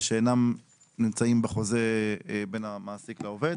שלא נמצאו ת בחוזה בין המעסיק לעובד.